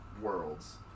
worlds